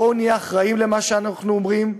בואו נהיה אחראים למה שאנחנו אומרים,